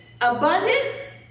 abundance